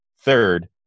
third